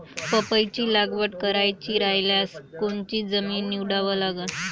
पपईची लागवड करायची रायल्यास कोनची जमीन निवडा लागन?